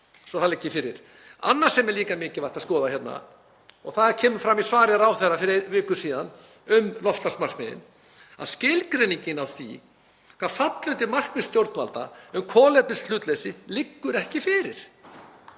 svo það liggi fyrir. Annað sem er líka mikilvægt að skoða hérna, og það kemur fram í svari ráðherra fyrir viku síðan um loftslagsmarkmiðin, að skilgreiningin á því hvað falli undir markmið stjórnvalda um kolefnishlutleysi liggur ekki fyrir